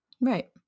Right